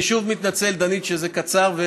אני שוב מתנצל, דנית, שזה קצר.